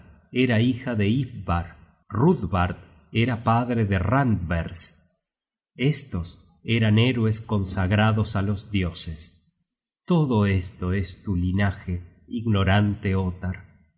era hija de ifvar rudbard era padre de randvers estos eran héroes consagrados á los dioses todo esto es tu linaje ignorante ottar